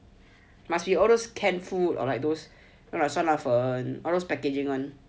must be all those canned food or like those 酸辣粉 all those packaging [one]